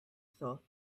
thought